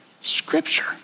Scripture